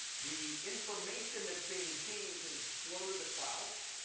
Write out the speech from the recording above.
the information that's being seen can flow to the cloud.